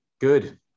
Good